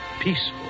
peaceful